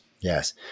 Yes